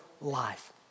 life